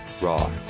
raw